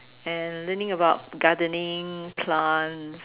and learning about gardening plants